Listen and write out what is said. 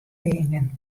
dingen